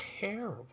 terrible